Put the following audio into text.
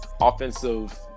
offensive